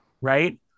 right